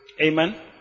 Amen